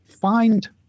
find